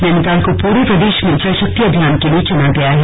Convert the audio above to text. नैनीताल को पूरे प्रदेश में जलशक्ति अभियान के लिए चुना गया है